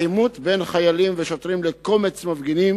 העימות בין חיילים ושוטרים לקומץ מפגינים